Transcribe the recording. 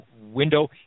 window